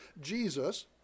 Jesus